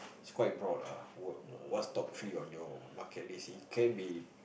it's quite broad ah what what's top three on your bucket list it can be